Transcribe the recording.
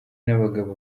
n’abagabo